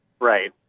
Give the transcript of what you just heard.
Right